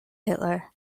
hitler